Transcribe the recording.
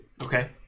Okay